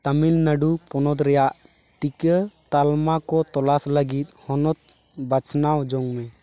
ᱛᱟᱢᱤᱞ ᱱᱟᱰᱩ ᱯᱚᱱᱚᱛ ᱨᱮᱭᱟᱜ ᱴᱤᱠᱟᱹ ᱛᱟᱞᱢᱟ ᱠᱚ ᱛᱚᱞᱟᱥ ᱞᱟ ᱜᱤᱫ ᱦᱚᱱᱚᱛ ᱵᱟᱪᱷᱱᱟᱣ ᱡᱚᱝᱢᱮ